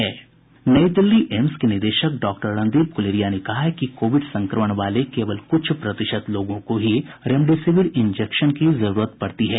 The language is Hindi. नई दिल्ली एम्स के निदेशक डॉक्टर रणदीप गुलेरिया ने कहा है कि कोविड संक्रमण वाले केवल कुछ प्रतिशत लोगों को ही रेमेडिसविर इंजेक्शन की जरूरत पड़ती है